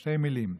בשתי מילים,